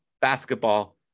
basketball